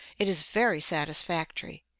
it is very satisfactory.